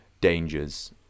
dangers